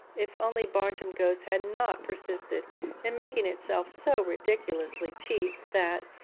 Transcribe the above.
if only barnjum's ghost had not persisted in making itself so ridiculously cheap that,